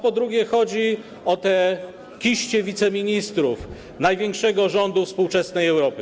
Po drugie, chodzi o te kiście wiceministrów, największego rządu współczesnej Europy.